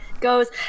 goes